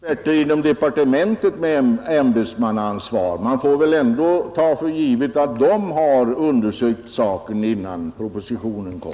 Herr talman! Det finns också experter med ämbetsmannaansvar inom departementet, och man får väl ändå ta för givet att de har undersökt saken innan propositionen kom.